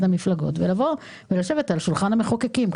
המפלגות ולבוא ולשבת על שולחן המחוקקים.